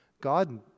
God